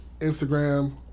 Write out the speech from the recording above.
Instagram